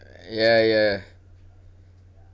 ya ya